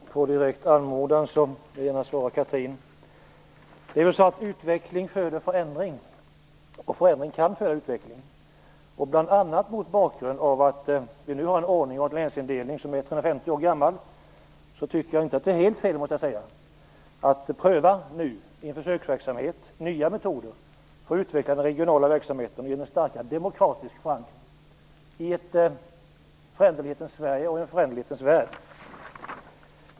Fru talman! På direkt anmodan vill jag gärna svara Det är ju så att utveckling föder förändring, och förändring kan föda utveckling. Bl.a. mot bakgrund av att vi nu har en länsindelning som är 150 år gammal tycker jag inte att det är helt fel att nu i en försöksverksamhet pröva nya metoder för att utveckla den regionala verksamheten och ge den starkare demokratisk förankring, i ett föränderlighetens Sverige och en föränderlighetens värld.